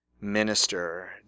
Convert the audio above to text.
minister